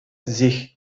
sich